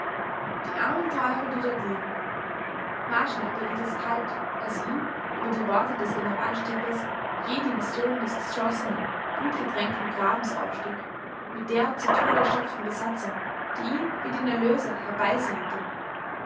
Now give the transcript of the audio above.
die armen teufel die dort liegen marschner überlief es kalt als ihm über die worte des generalstäblers jäh die vision des zerschossenen blutgetränkten grabens aufstieg mit der zu tode erschöpften besatzung die ihn wie den erlöser herbeisehnte